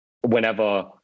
whenever